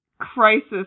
crisis